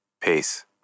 Peace